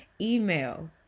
Email